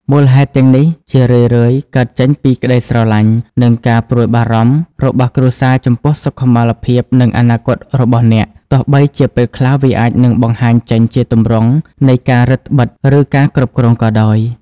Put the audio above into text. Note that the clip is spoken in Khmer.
មូលហេតុទាំងនេះជារឿយៗកើតចេញពីក្តីស្រឡាញ់ និងការព្រួយបារម្ភរបស់គ្រួសារចំពោះសុខុមាលភាព និងអនាគតរបស់អ្នក ទោះបីជាពេលខ្លះវាអាចនឹងបង្ហាញចេញជាទម្រង់នៃការរឹតត្បិត ឬការគ្រប់គ្រងក៏ដោយ។